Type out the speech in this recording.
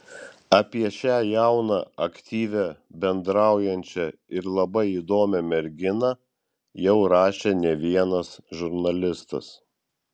apie šią jauną aktyvią bendraujančią ir labai įdomią merginą jau rašė ne vienas žurnalistas